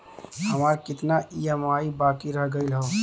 हमार कितना ई ई.एम.आई बाकी रह गइल हौ?